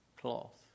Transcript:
cloth